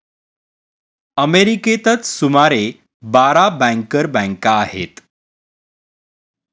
अमेरिकेतच सुमारे बारा बँकर बँका आहेत